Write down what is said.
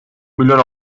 milyon